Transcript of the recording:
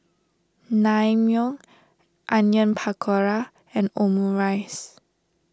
Naengmyeon Onion Pakora and Omurice